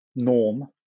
norm